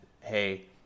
hey